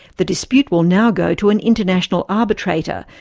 the dispute will now go to an international arbitrator,